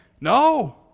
No